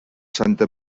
santa